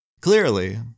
Clearly